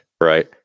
Right